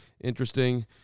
interesting